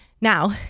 Now